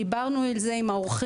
דיברנו על זה עם העורכים.